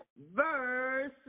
verse